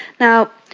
now,